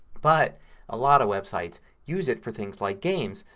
but a lot of websites use it for things like games.